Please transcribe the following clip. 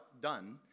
done